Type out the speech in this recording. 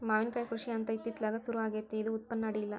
ಮಾವಿನಕಾಯಿ ಕೃಷಿ ಅಂತ ಇತ್ತಿತ್ತಲಾಗ ಸುರು ಆಗೆತ್ತಿ ಇದು ಉತ್ಪನ್ನ ಅಡಿಯಿಲ್ಲ